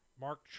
Mark